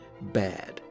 bad